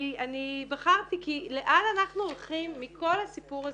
אני בחרתי כי "לאן אנחנו הולכים" מכל הסיפור הזה.